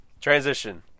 Transition